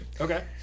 Okay